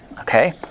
Okay